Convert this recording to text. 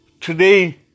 today